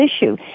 issue